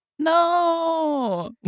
No